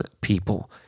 people